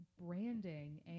branding